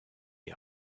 est